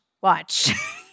watch